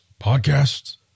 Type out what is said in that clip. podcasts